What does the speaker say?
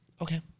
Okay